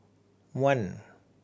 one